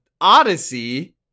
Odyssey